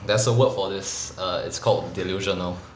there's a word for this err it's called delusional